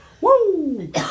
Woo